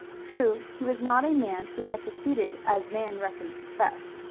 true he was not a man who had succeeded as man reckons success.